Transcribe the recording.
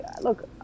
look